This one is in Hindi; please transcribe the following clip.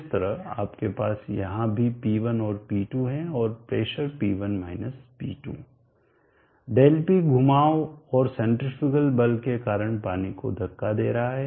इसी तरह आपके पास यहां भी P1 और P2 हैं और प्रेशर P1 P2 ∆P घुमाव औरसेन्ट्रीफ्यूगल बल के कारण पानी को धक्का दे रहा है